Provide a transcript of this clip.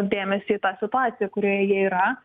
dėmesį į tą situaciją kurioje jie yra